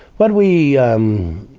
when we, um,